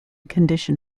condition